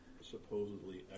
supposedly